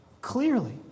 clearly